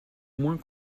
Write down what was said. moins